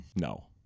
no